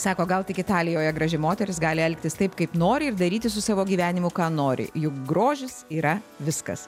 sako gal tik italijoje graži moteris gali elgtis taip kaip nori ir daryti su savo gyvenimu ką nori juk grožis yra viskas